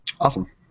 Awesome